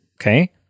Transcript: Okay